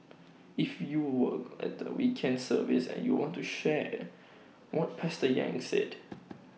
if you were at the weekend service and you want to share what pastor yang said